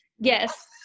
Yes